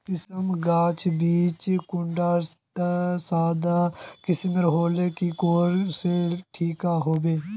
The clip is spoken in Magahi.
किसम गाज बीज बीज कुंडा त सादा किसम होले की कोर ले ठीक होबा?